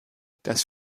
das